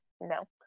no